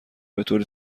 بطور